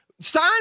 Sign